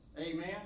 Amen